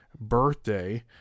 birthday